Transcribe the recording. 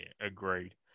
agreed